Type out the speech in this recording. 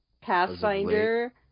Pathfinder